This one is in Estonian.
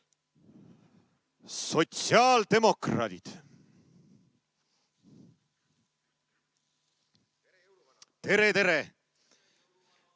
Sotsiaaldemokraadid! Tere-tere!